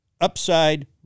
upside